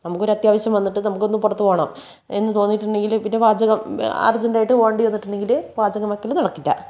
നമുക്ക് ഒരു അത്യാവശ്യം വന്നിട്ട് നമുക്ക് ഒന്ന് പുറത്ത് പോകണം എന്ന് തോന്നിയിട്ടുണ്ടെങ്കിൽ പിന്നെ പാചകം അർജൻ്റ് ആയിട്ട് പോകേണ്ടി വന്നിട്ടുണ്ടെങ്കിൽ പാചകം വയ്ക്കൽ നടക്കില്ല